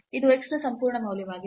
ಅದು x ನ ಸಂಪೂರ್ಣ ಮೌಲ್ಯವಾಗಿದೆ